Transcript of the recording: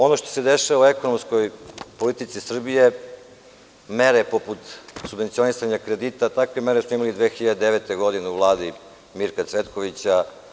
Ono što se dešava u ekonomskoj politici Srbije, mere poput subvencionisanih kredit imali smo 2009. godine u Vladi Mirka Cvetkovića.